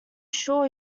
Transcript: sure